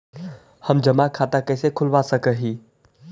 हम जमा खाता कैसे खुलवा सक ही?